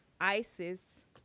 ISIS